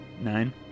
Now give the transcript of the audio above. Nine